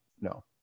no